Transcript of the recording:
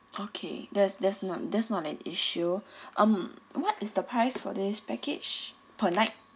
okay there's there's not there's not an issue um what is the price for this package per night